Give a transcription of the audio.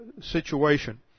situation